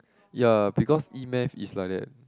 ya because e-math is like that